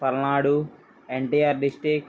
Palnadu NTR district